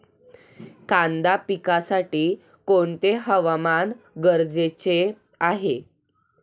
कांदा पिकासाठी कोणते हवामान गरजेचे आहे?